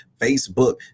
facebook